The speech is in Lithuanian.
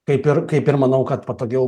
kaip ir kaip ir manau kad patogiau